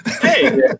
Hey